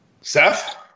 Seth